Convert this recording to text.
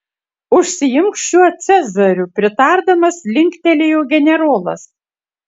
užsiimk šiuo cezariu pritardamas linktelėjo generolas